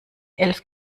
elf